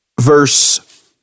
verse